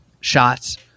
shots